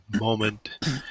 moment